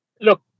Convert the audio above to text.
Look